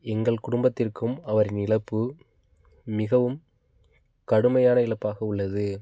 எங்கள் குடும்பத்திற்கும் அவரின் இழப்பு மிகவும் கடுமையான இழப்பாக உள்ளது